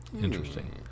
interesting